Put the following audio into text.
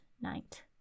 night